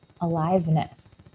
aliveness